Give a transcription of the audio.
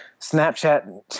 Snapchat